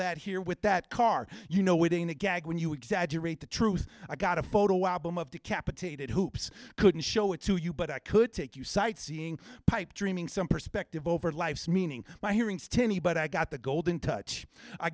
that here with that car you know waiting to gag when you exaggerate the truth i got a photo album of the capitated hoops couldn't show it to you but i could take you sightseeing pipe dreaming some perspective over life's meaning my hearing's to me but i got the golden touch i